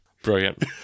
Brilliant